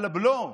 בבלו,